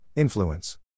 Influence